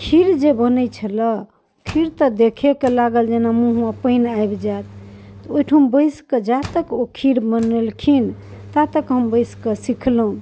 खीर जे बनै छलै खीर तऽ देखिएकऽ लागल जेना मुँहमे पानि आबि जाएत तऽ ओहिठाम बैसिकऽ जा तक ओ खीर बनेलखिन ता तक हम बैसिकऽ सिखलहुँ